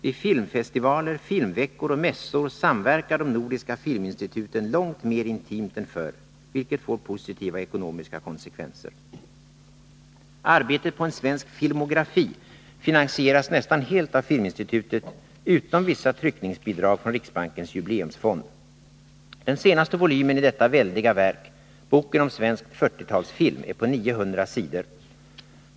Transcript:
Vid filmfestivaler, filmveckor och mässor samverkar de nordiska filminstituten långt mer intimt än förr, vilket får positiva ekonomiska konsekvenser. Arbetet på en svensk filmografi finansieras nästan helt av Filminstitutet, utom vissa tryckningsbidrag från riksbankens jubileumsfond. Den senaste volymen i detta väldiga verk — boken om svensk 40-talsfilm — är på 900 sidor.